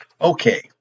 Okay